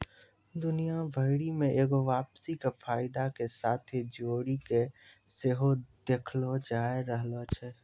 दुनिया भरि मे एगो वापसी के फायदा के साथे जोड़ि के सेहो देखलो जाय रहलो छै